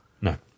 No